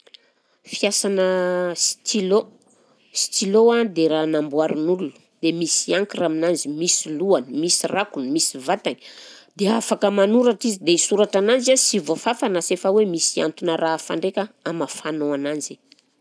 Fiasanà stylo, stylo a dia raha namboarin'olona dia misy encre aminazy, misy lohany, misy rakony, misy vatany, dia afaka manoratra izy dia soratra ananzy a sy voafafa na sy efa hoe misy antony araha hafa ndraika amafanao ananzy.